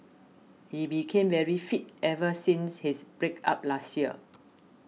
he became very fit ever since his break up last year